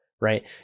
right